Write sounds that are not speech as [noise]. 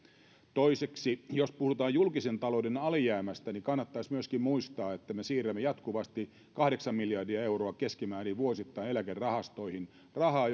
toiseksi jos puhutaan julkisen talouden alijäämästä niin kannattaisi myöskin muistaa että me siirrämme jatkuvasti keskimäärin kahdeksan miljardia euroa vuosittain eläkerahastoihin rahaa [unintelligible]